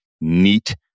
neat